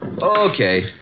Okay